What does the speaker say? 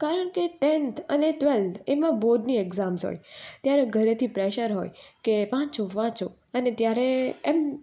કારણ કે ટેંથ અને ટ્વેલ્થ એમાં બોર્ડની એક્ઝામ્સ હોય ત્યારે ઘરેથી પ્રેશર હોય કે વાંચો વાંચો અને ત્યારે એમ